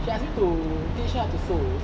she ask me to teach her how to sew